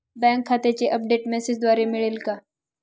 Bank खात्याचे update मेसेजद्वारे मिळेल का?